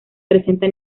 presenta